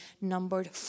numbered